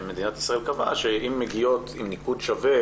מדינת ישראל קבעה שאם מגיעות עם ניקוד שווה